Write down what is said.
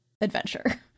adventure